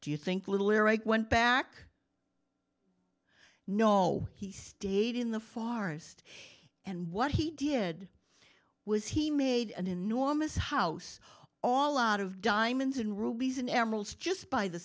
do you think little eric went back no he stayed in the far east and what he did was he made an enormous house all out of diamonds and rubies and emeralds just by the